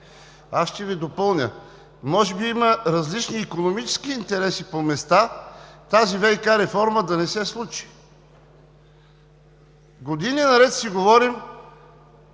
Аз ще Ви допълня, може би има различни икономически интереси по места тази ВиК реформа да не се случи. Години наред си говорим